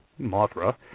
Mothra